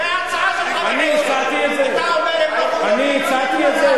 זה ההצעה שלך, אני הצעתי את זה?